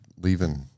leaving